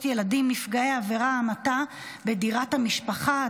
ילדים נפגעי עבירת המתה בדירת המשפחה,